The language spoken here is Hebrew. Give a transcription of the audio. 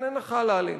איננה חלה עליהם.